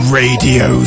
radio